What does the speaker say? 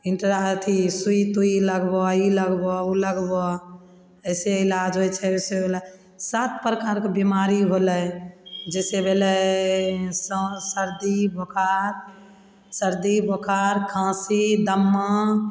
intra अथी सूइ तूइ लगबऽ ई लगबऽ उ लगबऽ ऐसे इलाज होइ छै वैसे इलाज होइ छै सब प्रकारके बीमारी होलय जैसे भेलय स सर्दी बोखार सर्दी बोखार खाँसी दमा